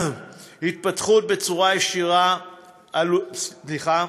המפחיתות בצורה ישירה עלויות לעסקים,